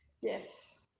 yes